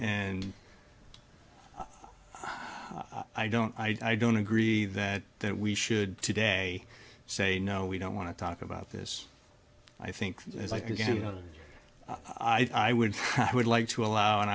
and i don't i don't agree that that we should today say no we don't want to talk about this i think like again you know i would i would like to allow an